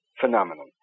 phenomenon